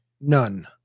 None